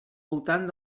voltant